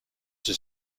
czy